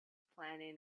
planning